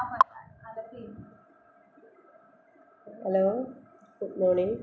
hello good morning